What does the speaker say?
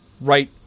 right